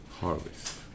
harvest